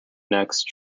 next